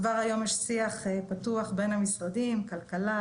כבר היום יש שיח פתוח בין המשרדים: כלכלה,